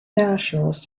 nationalist